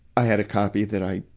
i had a copy that i,